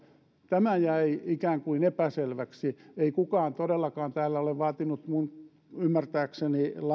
tämä jäi ikään kuin epäselväksi ei kukaan todellakaan täällä ole vaatinut minun ymmärtääkseni